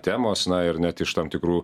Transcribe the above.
temos na ir net iš tam tikrų